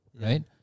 right